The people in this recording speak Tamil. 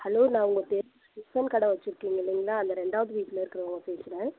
ஹலோ நான் உங்கள் தெரு டிஃபன் கடை வச்சுருக்கீங்க இல்லைங்களா அந்த ரெண்டாவது வீட்டில் இருக்கிறவங்க பேசுகிறேன்